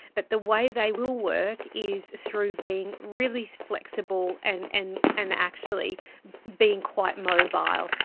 but the way they will work is through being really flexible and and and actually being quite mobile.